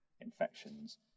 infections